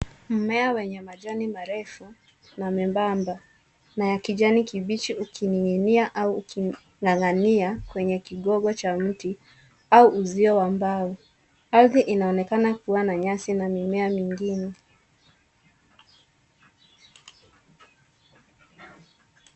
Mmea wenye majani marefu, na membamba, na ya kijani kibichi, ukining'inia, au uking'ang'ania, kwenye kigogo cha mti, au uzio wa mbao. Ardhi inaonekana kuwa na nyasi, au mimea mingine.